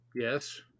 Yes